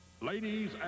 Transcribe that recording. Ladies